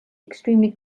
extremely